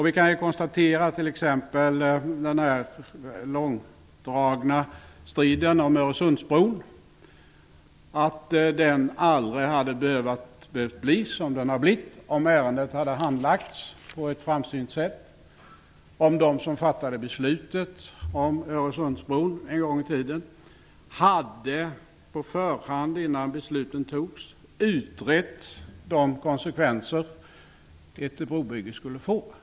Vi kan konstatera i t.ex. den långdragna striden om Öresundsbron att det aldrig hade behövt bli så som det har blivit, om ärendet hade handlagts på ett framsynt sätt, om de som en gång i tiden fattade beslutet om Öresundsbron på förhand, innan beslutet fattades, hade utrett de konsekvenser ett brobygge skulle få.